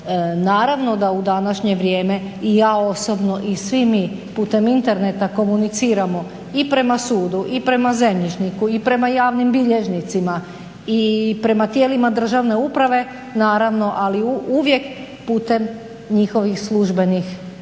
Naravno da u današnje vrijeme i ja osobno i svi mi putem interneta komuniciramo i prema sudu i prema zemljišniku i prema javnim bilježnicima i prema tijelima državne uprave naravno ali uvijek putem njihovih službenih